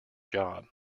job